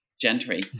gentry